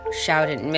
shouted